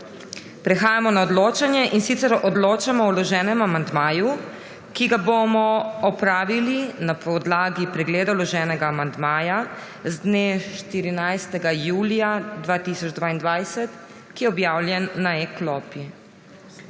Prehajamo na odločanje, in sicer odločamo o vloženem amandmaju, ki ga bomo opravili na podlagi pregleda vloženega amandmaja z dne 14. julija 2022, ki je objavljen na e-klopi.